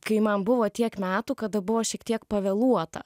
kai man buvo tiek metų kada buvo šiek tiek pavėluota